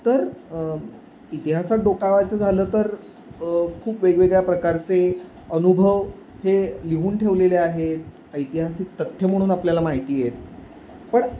तर इतिहासात डोकावायचं झालं तर खूप वेगवेगळ्या प्रकारचे अनुभव हे लिहून ठेवलेले आहे ऐतिहासिक तथ्य म्हणून आपल्याला माहिती आहेत पण